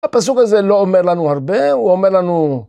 הפסוק הזה לא אומר לנו הרבה, הוא אומר לנו...